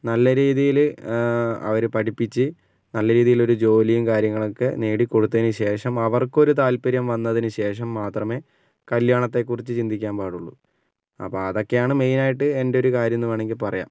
നല്ല രീതിയിൽ അവർ പഠിപ്പിച്ച് നല്ല രീതിയിലൊരു ജോലിയും കാര്യങ്ങളൊക്കെ നേടികൊടുത്തതിനു ശേഷം അവർക്കൊരു താത്പര്യം വന്നതിനുശേഷം മാത്രമേ കല്യാണത്തെ കുറിച്ച് ചിന്തിക്കാൻ പാടുള്ളു അപ്പോൾ അതൊക്കെയാണ് മെയിനായിട്ട് എൻ്റെയൊരു കാര്യമെന്ന് വേണമെങ്കിൽ പറയാം